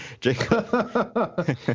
Jacob